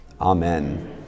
Amen